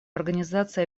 организация